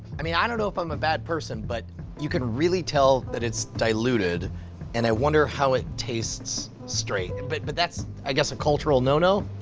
i mean, i don't know if i'm a bad person but you can really tell that it's diluted and i wonder how it tastes straight. and but but that's, i guess, a cultural no-no.